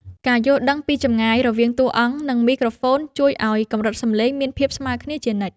ការយល់ដឹងពីចម្ងាយរវាងតួអង្គ និង មីក្រូហ្វូនជួយឱ្យកម្រិតសំឡេងមានភាពស្មើគ្នាជានិច្ច។